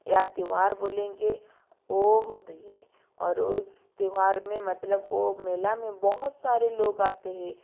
या त्यौहार बोलेंगे वो होते है और उस त्यौहार में मतलब वो मेले में बहुत सारे लोग आते हैं